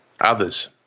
others